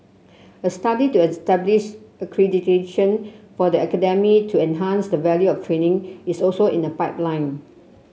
a study to establish accreditation for the academy to enhance the value of training is also in the pipeline